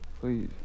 Please